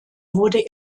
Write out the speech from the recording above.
wurde